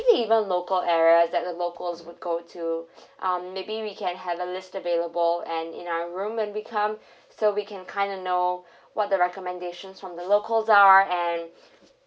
~ly even local areas that the locals would go to um maybe we can have a list available and in our room when we come so we can kind of know what the recommendations from the local are and